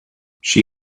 she